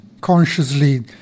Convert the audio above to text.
consciously